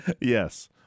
Yes